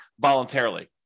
voluntarily